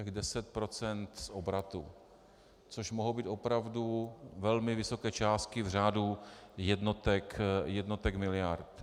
Deset procent z obratu, což mohou být opravdu velmi vysoké částky v řádu jednotek miliard.